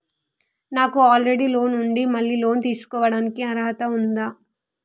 నాకు already loan ఉండి మళ్ళీ లోన్ తీసుకోవడానికి అర్హత ఉందా?